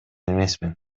эмесмин